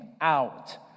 out